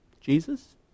Jesus